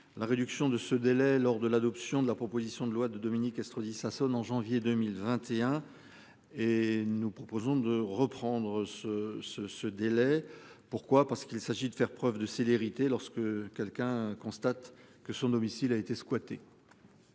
la réduction de ce délai. Lors de l'adoption de la proposition de loi de Dominique Estrosi Sassone en janvier 2021. Et nous proposons de reprendre ce ce ce délai pourquoi parce qu'il s'agit de faire preuve de célérité lorsque quelqu'un constate que son domicile a été squatté.